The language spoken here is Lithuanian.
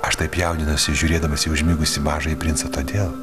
aš taip jaudinausi žiūrėdamas į užmigusį mažąjį princą todėl